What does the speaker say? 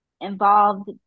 involved